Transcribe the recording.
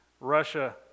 Russia